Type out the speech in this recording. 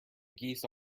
geese